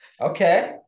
Okay